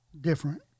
Different